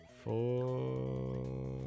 Four